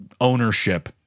ownership